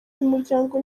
umuryango